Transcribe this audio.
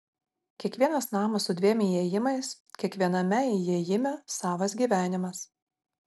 kiekvienas namas su dviem įėjimais kiekviename įėjime savas gyvenimas